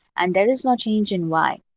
and there is no change in y.